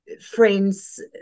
friends